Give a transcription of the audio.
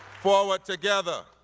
forward together.